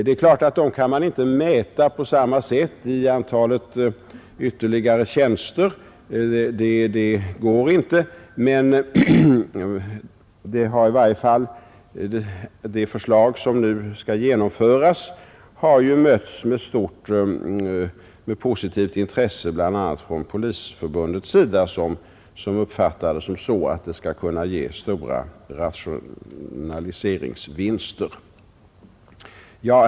Dessa kan emellertid inte mätas på samma sätt i antal ytterligare tjänster. Det går naturligtvis inte. Men det förslag som nu skall genomföras har ändå mötts med stort positivt intresse från bl.a. Polisförbundet, där man har uppfattat det så att det kommer att ge stora rationaliseringsvinster.